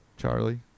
charlie